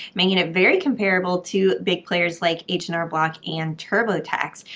making it very comparable to big players like h and r block and turbotax.